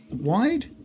wide